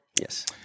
Yes